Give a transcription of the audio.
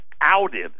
outed